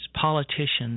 politicians